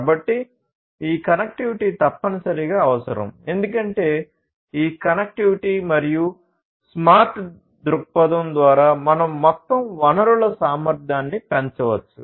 కాబట్టి ఈ కనెక్టివిటీ తప్పనిసరిగా అవసరం ఎందుకంటే ఈ కనెక్టివిటీ మరియు స్మార్ట్ దృక్పథం ద్వారా మనం మొత్తం వనరుల సామర్థ్యాన్ని పెంచవచ్చు